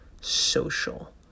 social